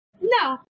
No